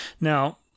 Now